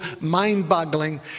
mind-boggling